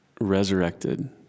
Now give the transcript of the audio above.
resurrected